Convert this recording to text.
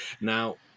Now